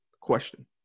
question